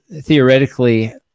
theoretically